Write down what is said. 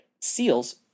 seals